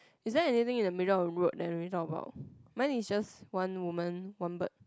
is there anything in the middle of the road that we need talk about mine is just one woman one bird